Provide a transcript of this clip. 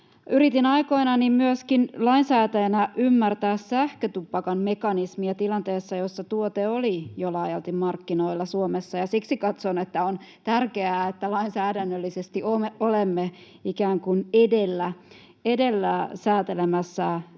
Yritin aikoinani myöskin lainsäätäjänä ymmärtää sähkötupakan mekanismia tilanteessa, jossa tuote oli jo laajalti markkinoilla Suomessa, ja siksi katson, että on tärkeää, että lainsäädännöllisesti olemme ikään kuin edellä säätelemässä tällaista